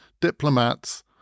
Diplomats